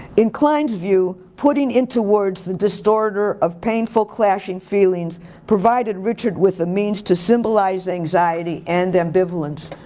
in klein's view, putting into words the distorter of painful clashing feelings provided richard with a means to symbolize the anxiety and ambivalence.